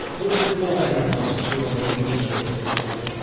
we'll explore that in a moment here on the religion and ethics report.